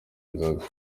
inzoga